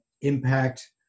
impact